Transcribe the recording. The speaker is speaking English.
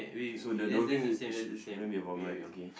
so the dosing should shouldn't be a problem right okay